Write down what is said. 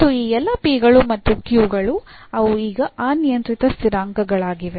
ಮತ್ತು ಈ ಎಲ್ಲಾ ಗಳು ಮತ್ತು ಗಳು ಅವು ಈಗ ಅನಿಯಂತ್ರಿತ ಸ್ಥಿರಾಂಕಗಳಾಗಿವೆ